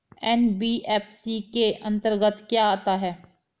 NBFC के अंतर्गत क्या आता है?